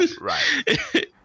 Right